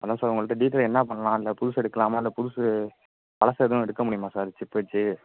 அதான் சார் உங்கள்கிட்ட டீட்டைல் என்னப் பண்ணலாம் இல்லை புதுசு எடுக்கலாமா இல்லை புதுசு பழசு எதுவும் எடுக்க முடியுமா சார் ஜிப் வச்சு